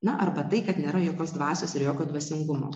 na arba tai kad nėra jokios dvasios ir jokio dvasingumo